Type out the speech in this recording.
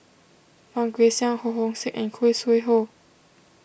Fang Guixiang Ho Hong Sing and Khoo Sui Hoe